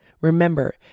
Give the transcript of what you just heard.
Remember